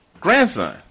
grandson